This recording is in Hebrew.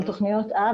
על תוכניות אב,